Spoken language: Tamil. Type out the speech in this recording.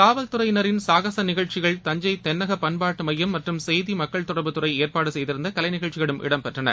காவல்துறையினரின் சாகச நிகழ்ச்சிகள் தஞ்சை தென்னக பண்பாட்டு மையம் மற்றும் செய்தி மக்கள் தொடர்பு துறை ஏற்பாடு செய்திருந்த கலை நிகழ்ச்சிகளும் நடைபெற்றன